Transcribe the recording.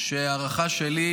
שההערכה שלי,